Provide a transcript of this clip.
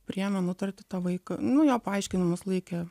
priėmė nutartį tą vaiką nu jo paaiškinimus laikė